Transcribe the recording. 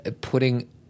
putting